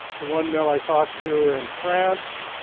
the one mill i talked to in france,